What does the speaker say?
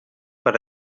per